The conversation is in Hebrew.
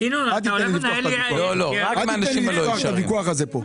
אל תיתן לי לפתוח את הוויכוח הזה כאן.